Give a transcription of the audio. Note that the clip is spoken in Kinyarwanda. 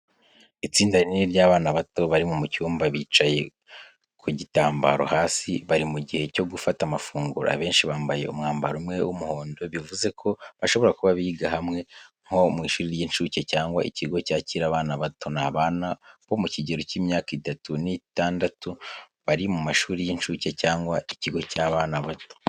Itsinda rinini ry'abana bato bari mu cyumba, bicaye ku gitambaro hasi bari mu gihe cyo gufata amafunguro. Abenshi bambaye umwambaro umwe w’umuhondo, bivuze ko bashobora kuba biga hamwe nko mu ishuri ry’incuke, cyangwa ikigo cyakira abana bato. Ni abana bo mu kigero cy’imyaka itatu n'itandatu, bari mu mashuri y’incuke cyangwa ikigo cy’abana bato.